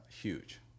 Huge